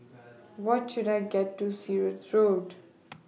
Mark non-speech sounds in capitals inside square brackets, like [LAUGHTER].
What should I get to Sirat Road [NOISE]